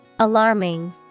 Alarming